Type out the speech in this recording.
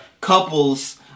couples